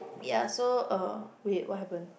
ya so uh wait what happen